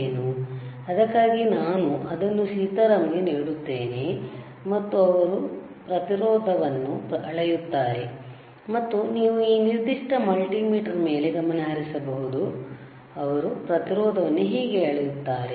ಆದ್ದರಿಂದ ಅದಕ್ಕಾಗಿ ನಾನು ಅದನ್ನು ಸೀತಾರಾಂ ಗೆ ನೀಡುತ್ತೇನೆ ಮತ್ತು ಅವರು ಪ್ರತಿರೋಧವನ್ನು ಅಳೆಯುತ್ತಾರೆ ಮತ್ತು ನೀವು ಈ ನಿರ್ದಿಷ್ಟ ಮಲ್ಟಿಮೀಟರ್ ಮೇಲೆ ಗಮನ ಹರಿಸಬಹುದು ಅವರು ಪ್ರತಿರೋಧವನ್ನು ಹೇಗೆ ಅಳೆಯುತ್ತಾರೆ